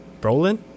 Brolin